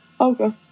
Okay